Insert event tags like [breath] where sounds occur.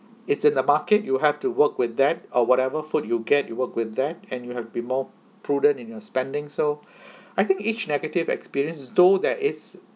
it's in the market you have to work with that or whatever food you get you work with that and you have been more prudent in your spending so [breath] I think each negative experience though there is